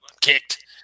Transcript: kicked